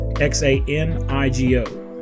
X-A-N-I-G-O